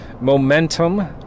momentum